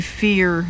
fear